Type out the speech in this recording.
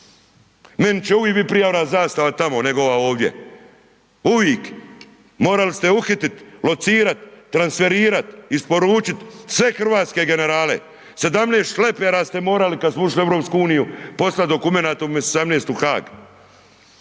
Meni će uvijek biti prije ona zastava tamo nego ova ovdje. Uvijek. Morali ste uhiti, locirat, transferirat, isporučit sve hrvatske generale, 17 šlepera ste morali kad smo ušli u EU poslat dokumenata